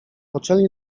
poczęli